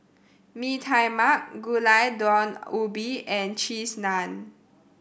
Mee Tai Mak Gulai Daun Ubi and Cheese Naan